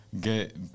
Get